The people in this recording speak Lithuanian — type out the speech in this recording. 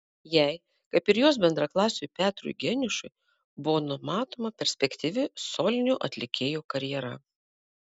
jai kaip ir jos bendraklasiui petrui geniušui buvo numatoma perspektyvi solinio atlikėjo karjera